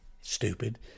Stupid